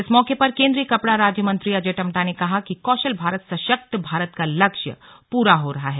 इस मौके पर केन्द्रीय कपड़ा राज्य मंत्री अजय टम्टा ने कहा कि कौशल भारत सशक्त भारत का लक्ष्य पूरा हो रहा है